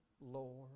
Lord